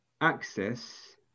access